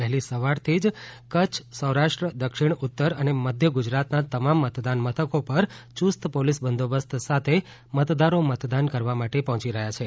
વહેલી સવારથી કચ્છ સૌરાષ્ટ્ર દક્ષિણ ગુજરાત ઉત્તર ગુજરાત તેમજ મધ્ય ગુજરાતના તમામ મતદાન મથકો પર યુસ્ત પોલીસ બંદોબસ્ત સાથે મતદારો મતદાન કરવા માટે પહોંચી રહ્યા છે